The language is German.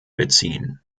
beziehen